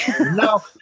no